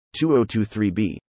2023b